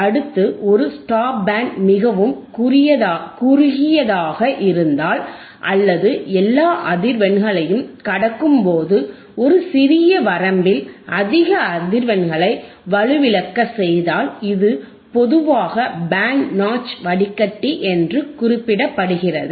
அடுத்து ஒரு "stop band" மிகவும் குறுகியதாக இருந்தால் அல்லது எல்லா அதிர்வெண்களையும் கடக்கும்போது ஒரு சிறிய வரம்பில் அதிக அதிர்வெண்களை வலுவிழக்க செய்தால் இது பொதுவாக "பேண்ட் நாட்ச் வடிகட்டி " என்று குறிப்பிடப்படுகிறது